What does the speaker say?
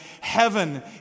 heaven